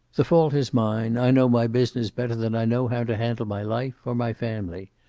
the fault is mine. i know my business better than i know how to handle my life, or my family.